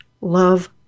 love